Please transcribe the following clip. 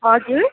हजुर